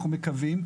אנחנו מקווים,